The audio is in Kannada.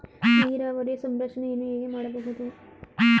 ನೀರಾವರಿಯ ಸಂರಕ್ಷಣೆಯನ್ನು ಹೇಗೆ ಮಾಡಬಹುದು?